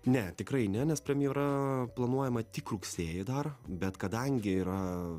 ne tikrai ne nes premjera planuojama tik rugsėjį dar bet kadangi yra